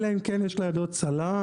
אלא אם כן יש לידו צלם,